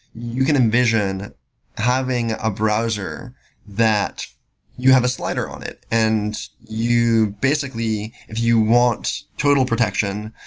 you can envision having a browser that you have a slider on it, and you basically if you want total protection,